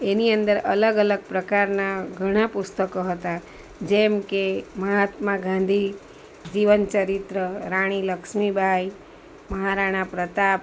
એની અંદર અલગ અલગ પ્રકારના ઘણા પુસ્તકો હતા જેમકે મહાત્મા ગાંધી જીવનચરિત્ર રાણી લક્ષ્મીબાઈ મહારાણા પ્રતાપ